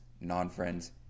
non-friends